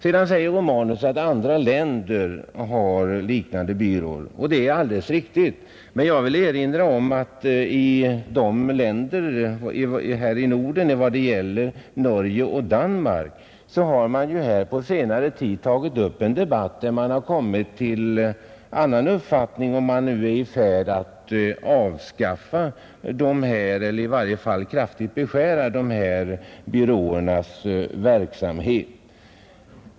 Sedan säger herr Romanus att andra länder har liknande byråer — och det är alldeles riktigt. Men jag vill erinra om att man exempelvis i Norge och Danmark på senare tid har tagit upp en debatt härom. Man har kommit till en annan uppfattning än tidigare och är nu i färd med att avskaffa, eller i varje fall kraftigt beskära, dessa byråers verksamhet.